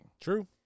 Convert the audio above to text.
True